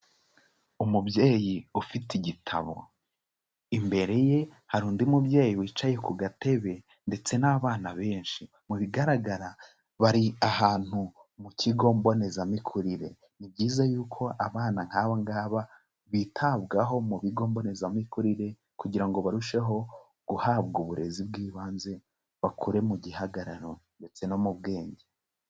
Umubyeyi ufite igitabo, imbere ye hari undi mubyeyi wicaye ku gatebe ndetse n'abana benshi mu bigaragara bari ahantu mu kigo mbonezamikurire, ni byiza y'uko abana nk'aba ngaba bitabwaho mu bigo mbonezamikurire kugira ngo barusheho guhabwa uburezi bw'ibanze bakure mu gihagararo ndetse no mu bwenge.